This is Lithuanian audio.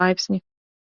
laipsnį